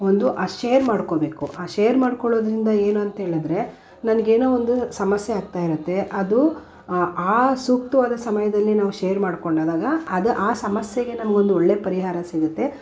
ಒಂದು ಆ ಶೇರ್ ಮಾಡ್ಕೋಬೇಕು ಆ ಶೇರ್ ಮಾಡಿಕೊಳ್ಳೋದ್ರಿಂದ ಏನು ಅಂಥೇಳಿದರೆ ನನ್ಗೆ ಏನೋ ಒಂದು ಸಮಸ್ಯೆ ಆಗ್ತಾಯಿರುತ್ತೆ ಅದು ಆ ಸೂಕ್ತವಾದ ಸಮಯದಲ್ಲಿ ನಾವು ಶೇರ್ ಮಾಡಿಕೊಂಡೋದಾಗ ಅದು ಆ ಸಮಸ್ಯೆಗೆ ನಮಗೊಂದು ಒಳ್ಳೆ ಪರಿಹಾರ ಸಿಗುತ್ತೆ